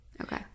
Okay